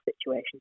situation